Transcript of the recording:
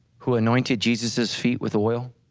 who anointed jesus's feet with oil.